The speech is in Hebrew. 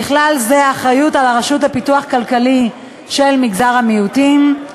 ובכלל זה האחריות לרשות לפיתוח כלכלי של מגזר המיעוטים,